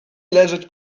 leżeć